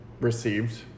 received